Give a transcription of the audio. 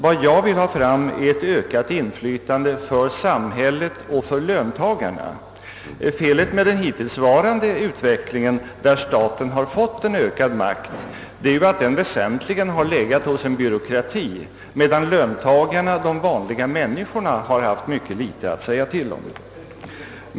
Vad jag vill ha fram är ett ökat inflytande för samhället och löntagarna. Felet med den hittillsvarande utvecklingen, där staten har fått ökad makt, är att denna makt väsentligen har legat hos en byråkrati, medan löntagarna, de vanliga människorna, har haft mycket litet att säga till om.